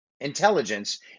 intelligence